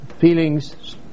Feelings